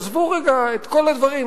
עזבו רגע את כל הדברים,